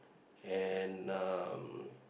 and um